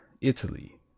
Italy